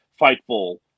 Fightful